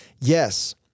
Yes